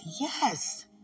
yes